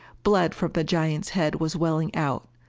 blood from the giant's head was welling out,